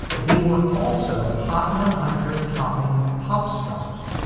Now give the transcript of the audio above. they were also hot, one hundred topping pop stars,